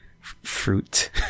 fruit